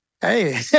Hey